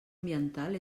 ambiental